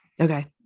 Okay